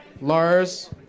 Lars